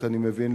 אני מבין,